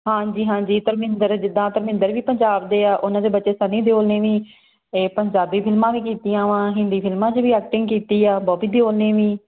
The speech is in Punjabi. ਹਾਂਜੀ ਹਾਂਜੀ ਧਰਮਿੰਦਰ ਜਿੱਦਾਂ ਧਰਮਿੰਦਰ ਵੀ ਪੰਜਾਬ ਦੇ ਹਾਂ ਉਹਨਾਂ ਦੇ ਬੱਚੇ ਸੰਨੀ ਦਿਓਲ ਨੇ ਵੀ ਇਹ ਪੰਜਾਬੀ ਫਿਲਮਾਂ ਵੀ ਕੀਤੀਆਂ ਵਾ ਹਿੰਦੀ ਫਿਲਮਾਂ 'ਚ ਵੀ ਐਕਟਿੰਗ ਕੀਤੀ ਆ ਬੋਬੀ ਦਿਓਲ ਨੇ ਵੀ